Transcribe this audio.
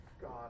God